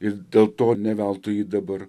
ir dėl to ne veltui dabar